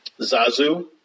Zazu